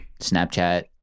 Snapchat